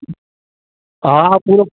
हा हा पूरो